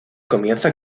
comienza